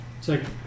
second